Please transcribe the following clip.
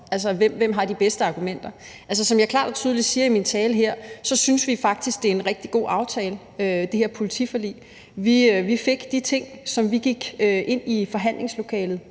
om det på de bedste argumenter. Som jeg klart og tydeligt siger i min tale her, synes vi faktisk, det her politiforlig er en rigtig god aftale. Vi fik de ting, som vi gik ind i forhandlingslokalet